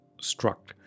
Struck